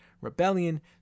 Rebellion